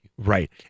Right